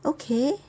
okay